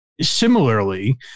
similarly